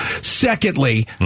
secondly